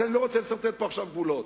כי אני לא רוצה לסרטט פה עכשיו גבולות,